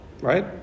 right